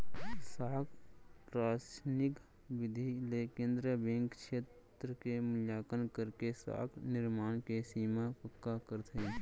साख रासनिंग बिधि ले केंद्रीय बेंक छेत्र के मुल्याकंन करके साख निरमान के सीमा पक्का करथे